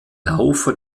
laufe